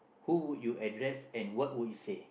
who would you address and what would you say